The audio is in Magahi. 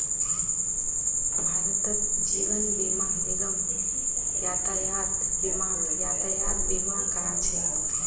भारतत जीवन बीमा निगम यातायात बीमाक यातायात बीमा करा छेक